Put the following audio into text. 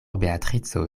beatrico